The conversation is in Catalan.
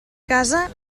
casa